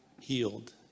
healed